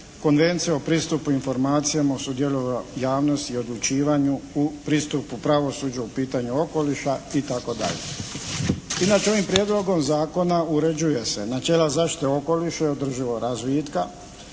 Konvencija o pristupu informacija u sudjelovanju javnosti i odlučivanju u pristupu pravosuđu u pitanju okoliša, itd. Inače, ovim Prijedlogom zakona uređuje se načela zaštite okoliša i održivog razvitka,